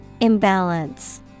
Imbalance